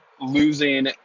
losing